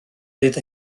fydd